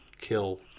kill